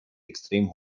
extrem